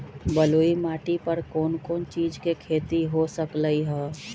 बलुई माटी पर कोन कोन चीज के खेती हो सकलई ह?